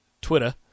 Twitter